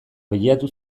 bilatu